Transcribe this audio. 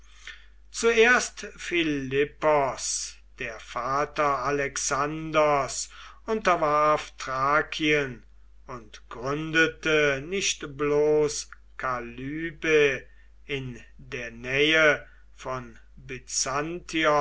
zuerst philippos der vater alexanders unterwarf thrakien und gründete nicht bloß kalybe in der nähe von